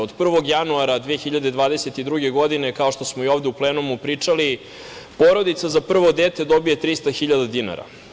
Od 1. januara 2022. godine, kao što smo i ovde u plenumu pričali, porodica za prvo dete dobija 300.000 dinara.